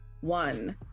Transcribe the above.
one